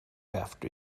after